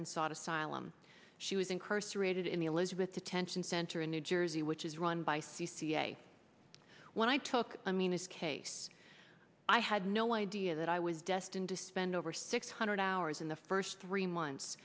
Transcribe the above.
and sought asylum she was incarcerated in the elizabeth detention center in new jersey which is run by c c a when i took i mean this case i had no idea that i was destined to spend over six hundred hours in the first three months